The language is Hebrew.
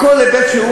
מכל היבט שהוא,